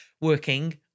working